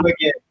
again